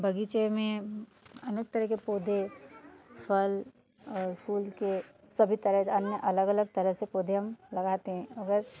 बगीचे में अनेक तरीके के पौधे फल और फूल के सभी तरह अन्य अलग अलग तरह से पौधे हम लगाते हैं अगर